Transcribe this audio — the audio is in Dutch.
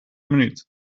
minuut